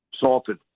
Salted